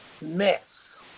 mess